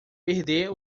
perder